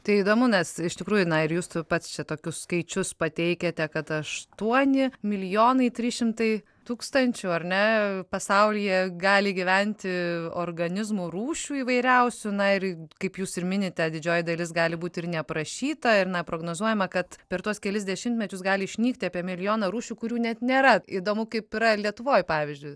tai įdomu nes iš tikrųjų na ir jūs pats čia tokius skaičius pateikiate kad aštuoni milijonai trys šimtai tūkstančių ar ne pasaulyje gali gyventi organizmų rūšių įvairiausių na ir kaip jūs ir minite didžioji dalis gali būti ir neaprašyta ir na prognozuojama kad per tuos kelis dešimtmečius gali išnykti apie milijoną rūšių kurių net nėra įdomu kaip yra lietuvoj pavyzdžiui